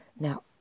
Now